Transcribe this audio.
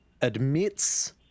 admits